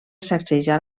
sacsejar